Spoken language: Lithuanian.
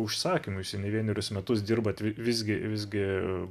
užsakymais jei ne vienerius metus dirba tai visgi visgi